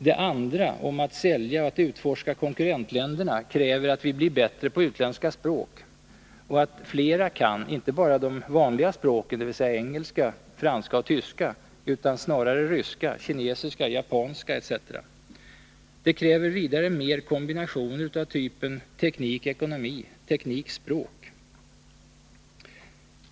Det andra, att sälja och att utforska konkurrentländerna, kräver att vi blir bättre på utländska språk och att flera kan inte bara de vanliga språken, dvs. engelska, franska och tyska, utan ryska, kinesiska, japanska osv. Det kräver vidare mer kombinationer av typen teknik-ekonomi, teknik-språk.